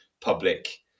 public